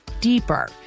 deeper